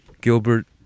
Gilbert